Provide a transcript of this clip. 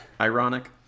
ironic